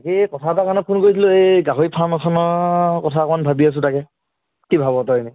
সেই কথা এটাৰ কাৰণে ফোন কৰিছিলোঁ এই গাহৰি ফাৰ্ম এখনৰ কথা অকণমান ভাবি আছোঁ তাকে কি ভাব তই এনেই